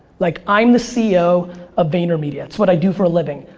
like i'm the ceo of vaynermedia, that's what i do for a living.